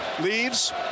Leaves